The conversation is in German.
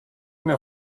mir